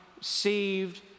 saved